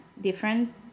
different